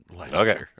Okay